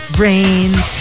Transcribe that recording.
brains